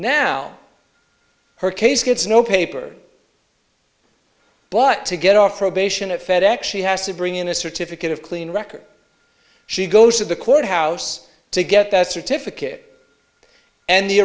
now her case gets no paper but to get off probation at fed ex she has to bring in a certificate of clean record she goes to the courthouse to get that certificate and the